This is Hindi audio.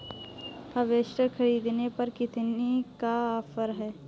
हार्वेस्टर ख़रीदने पर कितनी का ऑफर है?